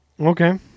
okay